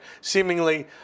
seemingly